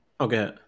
okay